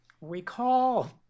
Recall